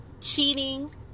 cheating